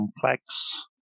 complex